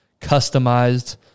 customized